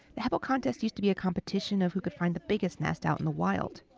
the hebo contest used to be a competition of who could find the biggest nest out in the wild.